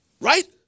right